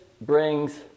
brings